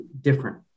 different